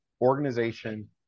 organization